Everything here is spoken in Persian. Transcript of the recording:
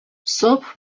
صبح